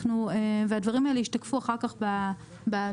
והדברים האלה ישתקפו אחר כך בתוצאות.